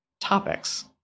topics